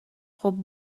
خوب